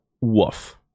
Woof